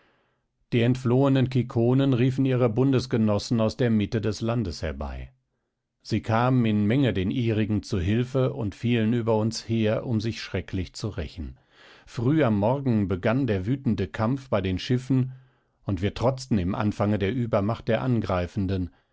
die entflohenen kikonen riefen ihre bundesgenossen aus der mitte des landes herbei sie kamen in menge den ihrigen zu hilfe und fielen über uns her um sich schrecklich zu rächen früh am morgen begann der wütende kampf bei den schiffen und wir trotzten im anfange der übermacht der angreifenden